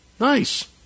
Nice